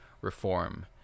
reform